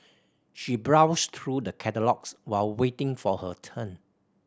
she browsed through the catalogues while waiting for her turn